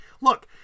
look